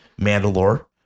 mandalore